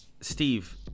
Steve